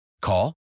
Call